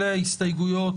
אלה ההסתייגויות